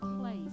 place